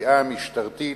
התביעה המשטרתית,